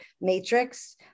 matrix